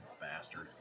bastard